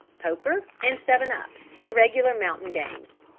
poker and seven-up, the regular mountain games.